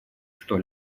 что